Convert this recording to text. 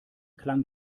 klang